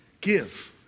Give